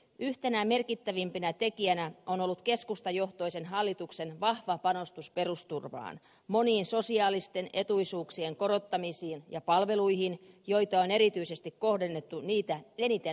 yhtenä merkittävimpänä tekijänä on ollut keskustajohtoisen hallituksen vahva panostus perusturvaan moniin sosiaalisten etuisuuksien korottamisiin ja palveluihin joita on erityisesti kohdennettu niitä eniten tarvitseville